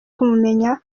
kumumenya